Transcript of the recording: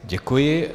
Děkuji.